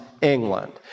England